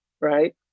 right